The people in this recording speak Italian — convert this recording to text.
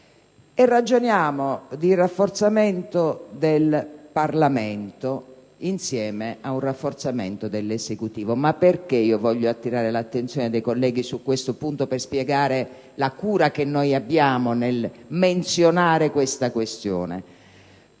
e ragioniamo di rafforzamento del Parlamento insieme a un rafforzamento dell'Esecutivo. Ma perché voglio attirare l'attenzione dei colleghi su questo punto, per spiegare la cura che abbiamo nel menzionare tale questione?